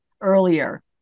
earlier